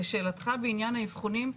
לשאלתך בעניין האבחונים,